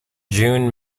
june